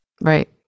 Right